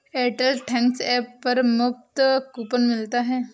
Airtel thanks app पर मुफ्त coupon मिलता है